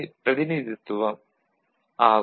பிரதிநிதித்துவம் ஆகும்